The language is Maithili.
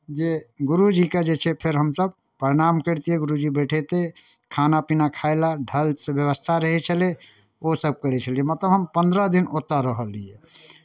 जे गुरूजीके जे छै फेर हमसभ प्रणाम करितियै गुरूजी बैठैतै खाना पीना खाइ लए ढङ्गसँ व्यवस्था रहै छलै ओसभ करै छलियै मतलब हम पन्द्रह दिन ओतय रहलियै